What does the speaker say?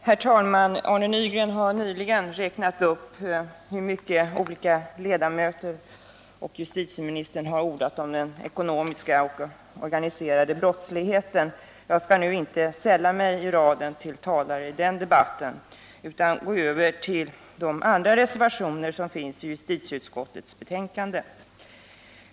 Herr talman! Arne Nygren har pekat på hur mycket olika ledamöter och justitieministern har ordat om den ekonomiska och organiserade brottsligheten. Jag skall inte sälla mig till raden av talare i den debatten, utan jag skall gå över till att behandla de andra reservationer som finns i justitieutskottets betänkande.